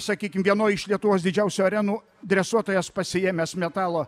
sakykim vienoj iš lietuvos didžiausių arenų dresuotojas pasiėmęs metalo